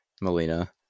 Melina